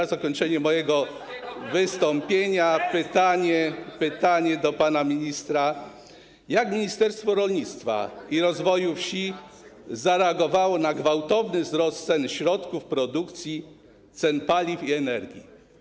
na zakończenie mojego wystąpienia pytanie do pana ministra: Jak Ministerstwo Rolnictwa i Rozwoju Wsi zareagowało na gwałtowny wzrost cen środków produkcji, cen paliw i energii?